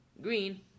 green